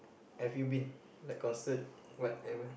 have you been like concert whatever